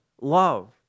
love